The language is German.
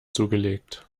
zugelegt